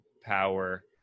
power